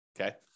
okay